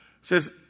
says